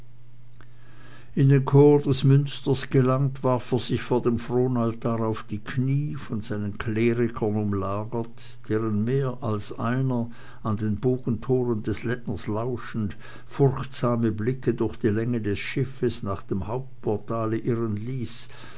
in den chor des münsters gelangt warf er sich vor dem fronaltar auf die kniee von seinen klerikern umlagert deren mehr als einer an den bogentoren des lettners lauschend furchtsame blicke durch die länge des schiffes nach dem hauptportale irren ließ